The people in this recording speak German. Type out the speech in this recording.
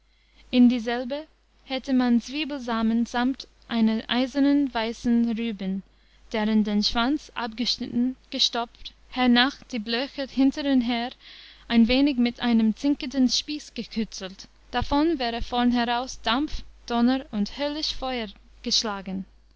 in dieselbe hätte man zwiebelsamen samt einer eisernen weißen rüben deren der schwanz abgeschnitten gestopft hernach die blöcher hintenher ein wenig mit einem zinkigten spieß gekützelt davon wäre vornheraus dampf donner und höllisch feur geschlagen